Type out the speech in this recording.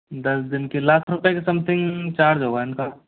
दस दिन के लाख रुपए के समथिंग चार्ज होगा इनका